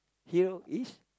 tale is